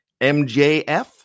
MJF